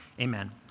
Amen